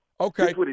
Okay